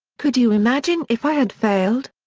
could you imagine if i had failed?